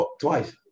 twice